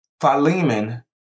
Philemon